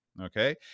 okay